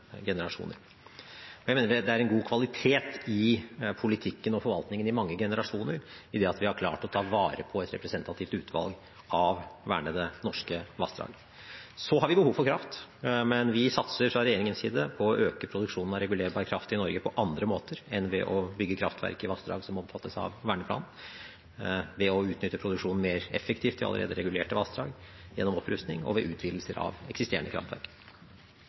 generasjoner. Jeg mener det er en god kvalitet i politikken og forvaltningen i mange generasjoner i det at vi har klart å ta vare på et representativt utvalg av vernede norske vassdrag. Vi har behov for kraft, men vi satser fra regjeringens side på å øke produksjonen av regulerbar kraft i Norge på andre måter enn ved å bygge kraftverk i vassdrag som omfattes av verneplanen, ved å utnytte produksjonen mer effektivt i allerede regulerte vassdrag, gjennom opprustning, og ved utvidelser av eksisterende kraftverk.